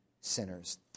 sinners